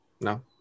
No